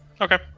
okay